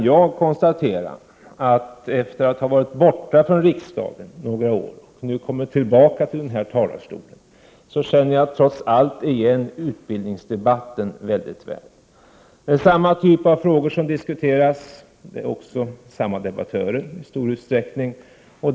Jag kan, efter att ha varit borta från riksdagen några år, konstatera att jag trots allt känner igen utbildningsdebatten mycket väl. Det är samma typ av frågor som diskuteras. Det är också i stor utsträckning samma debattörer.